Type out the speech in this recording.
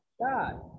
God